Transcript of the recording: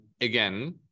Again